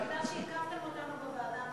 זה מפני שעיכבתם אותנו בוועדה המסדרת.